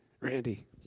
Randy